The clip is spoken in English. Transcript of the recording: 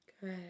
Good